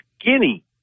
skinny